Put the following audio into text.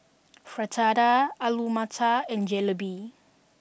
Fritada Alu Matar and Jalebi